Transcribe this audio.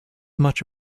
much